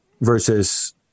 versus